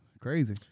crazy